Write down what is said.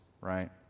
right